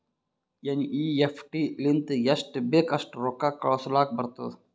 NEFT ಲಿಂತ ಎಸ್ಟ್ ಬೇಕ್ ಅಸ್ಟ್ ರೊಕ್ಕಾ ಕಳುಸ್ಲಾಕ್ ಬರ್ತುದ್